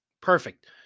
Perfect